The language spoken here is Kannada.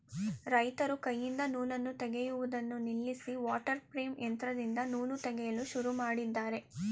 ರೈತರು ಕೈಯಿಂದ ನೂಲನ್ನು ತೆಗೆಯುವುದನ್ನು ನಿಲ್ಲಿಸಿ ವಾಟರ್ ಪ್ರೇಮ್ ಯಂತ್ರದಿಂದ ನೂಲು ತೆಗೆಯಲು ಶುರು ಮಾಡಿದ್ದಾರೆ